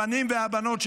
הבנים והבנות שמשרתים.